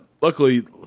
luckily